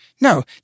No